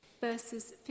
verses